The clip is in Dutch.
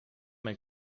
mijn